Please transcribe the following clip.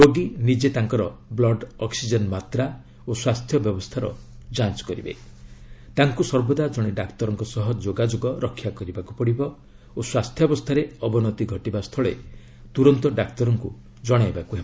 ରୋଗୀ ନିଜେ ତାଙ୍କର ବ୍ଲଡ୍ ଅକ୍କିଜେନ୍ ମାତ୍ରା ଓ ସ୍ୱାସ୍ଥ୍ୟ ବ୍ୟବସ୍ଥାର ଯାଞ୍ ତାଙ୍କୁ ସର୍ବଦା ଜଣେ ଡାକ୍ତରଙ୍କ ସହ ଯୋଗାଯୋଗ ରକ୍ଷା କରିବାକୁ ପଡ଼ିବ ଓ ସ୍ୱାସ୍ଥ୍ୟାବସ୍ଥାରେ ଅବନତି ଘଟିବା ସ୍ଥୁଳେ ତୁରନ୍ତ ଡାକ୍ତରଙ୍କୁ ଜଣାଇବାକୁ ହେବ